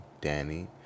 Danny